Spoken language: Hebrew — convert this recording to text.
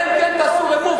אלא אם כן תעשה remove,